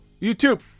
YouTube